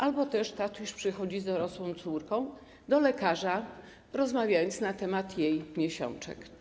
Albo też tatuś przychodzi z dorosłą córką do lekarza, rozmawiając na temat jej miesiączek.